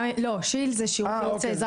לא, שי"ל זה שהוא יוצא אזרח.